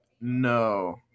no